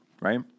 right